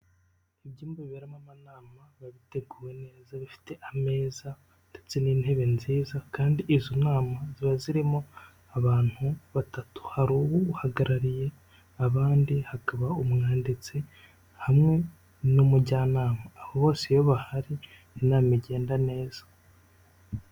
lbyumba biberamo amanama bibi biteguwe neza bifite ameza, ndetse n'intebe nziza ,kandi izo nama ziba zirimo abantu batatu ,hari uhagarariye abandi ,hakaba umwanditsi, hamwe n'umujyanama ,abo bose iyo bahari inama igenda neza.